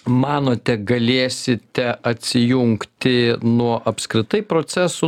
manote galėsite atsijungti nuo apskritai procesų